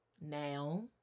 Now